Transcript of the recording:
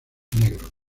negros